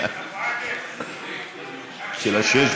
נמשיך,